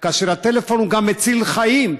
כאשר הטלפון הוא גם מציל חיים,